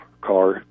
car